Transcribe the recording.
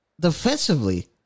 Defensively